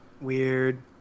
Weird